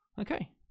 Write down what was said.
Okay